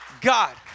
God